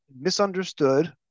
misunderstood